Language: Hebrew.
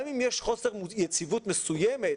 גם אם יש חוסר יציבות מסוים,